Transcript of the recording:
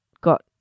got